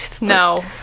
No